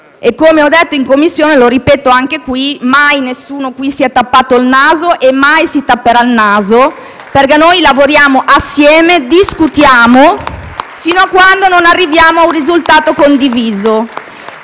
e, come ho detto in quella sede e ripeto anche qui, mai nessuno qui si è tappato il naso e mai lo farà, perché noi lavoriamo insieme e discutiamo fino a quando non arriviamo ad un risultato condiviso.